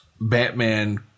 Batman